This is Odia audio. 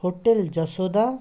ହୋଟେଲ୍ ଯଶୋଦା